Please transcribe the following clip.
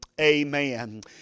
Amen